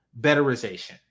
betterization